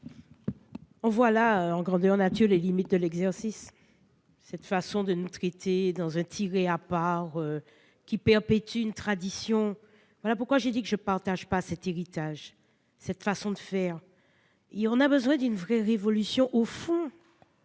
On voit là, grandeur nature, les limites de l'exercice, avec cette façon de nous traiter dans un tiré à part. C'est un peu une tradition. C'est la raison pour laquelle j'ai dit que je ne partageais pas cet héritage, cette façon de faire. On a besoin d'une vraie révolution au fond.